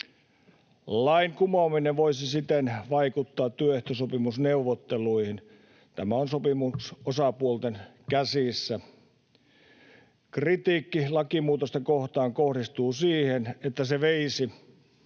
Lain kumoaminen voisi siten vaikuttaa työehtosopimusneuvotteluihin. Tämä on sopimusosapuolten käsissä. Kritiikki lakimuutosta kohtaan kohdistuu siihen, että se veisi